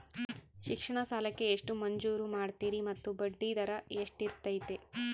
ಶಿಕ್ಷಣ ಸಾಲಕ್ಕೆ ಎಷ್ಟು ಮಂಜೂರು ಮಾಡ್ತೇರಿ ಮತ್ತು ಬಡ್ಡಿದರ ಎಷ್ಟಿರ್ತೈತೆ?